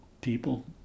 people